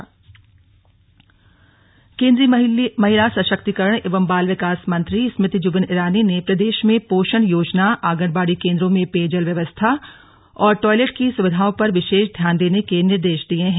slug Smriti Irani और CM केन्द्रीय महिला सशक्तिकरण एवं बाल विकास मंत्री स्मृति जुबिन ईरानी ने प्रदेश में पोषण योजना आगंनबाड़ी केन्द्रों में पेयजल व्यवस्था और टॉयलेट की सुविधाओं पर विशेष ध्यान देने के निर्देश दिये हैं